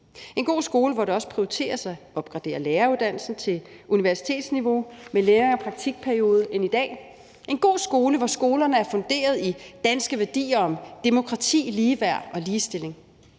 en god skole, hvor det også prioriteres at opgradere læreruddannelsen til universitetsniveau med længere praktikperiode end i dag, og en god skole, hvor skolerne er funderet i danske værdier om demokrati, ligeværd og ligestilling.